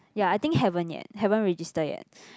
ya I think haven't yet haven't register yet